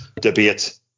debate